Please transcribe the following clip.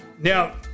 Now